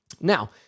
Now